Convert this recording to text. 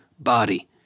body